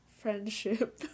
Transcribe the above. Friendship